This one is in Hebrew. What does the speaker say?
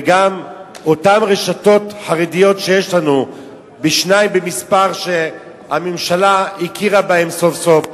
וגם אותן רשתות חרדיות שיש לנו במספר שהממשלה הכירה בהן סוף-סוף,